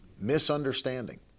misunderstanding